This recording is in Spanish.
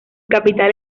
capital